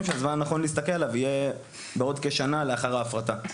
שהזמן הנכון להסתכל עליו יהיה בעוד כשנה לאחר ההפרטה.